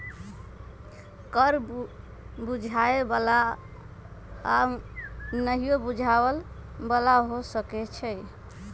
कर बुझाय बला आऽ नहियो बुझाय बला हो सकै छइ